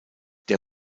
der